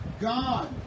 God